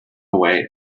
away